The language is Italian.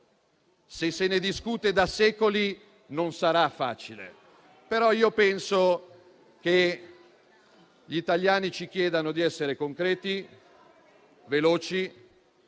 Se se ne discute da secoli non sarà facile, ma penso che gli italiani ci chiedano di essere concreti e veloci.